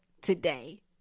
today